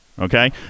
okay